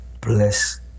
bless